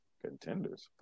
Contenders